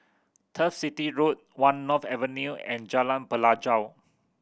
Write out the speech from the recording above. Turf City Road One North Avenue and Jalan Pelajau